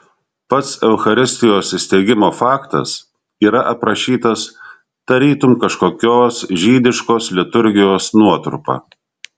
pats eucharistijos įsteigimo faktas yra aprašytas tarytum kažkokios žydiškos liturgijos nuotrupa